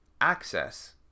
access